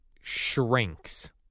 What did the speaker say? shrinks